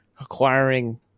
acquiring